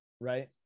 right